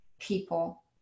people